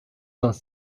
dans